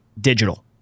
digital